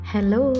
Hello